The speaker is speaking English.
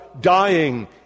dying